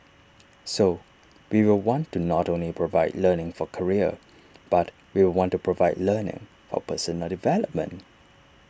so we will want to not only provide learning for career but we want to provide learning for personal development